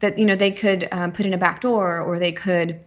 that you know they could put in a back door or they could